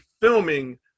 filming